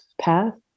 path